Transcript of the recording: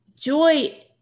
Joy